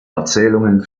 erzählungen